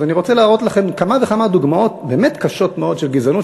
אז אני רוצה להראות לכם כמה וכמה דוגמאות באמת קשות מאוד של גזענות,